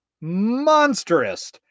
monstrous